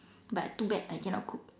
but too bad I cannot cook